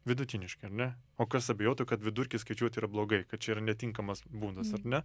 vidutiniškai ar ne o kas abejotų kad vidurkį skaičiuot yra blogai kad čia yra netinkamas būdas ar ne